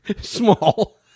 small